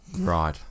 Right